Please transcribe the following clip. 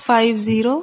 50 0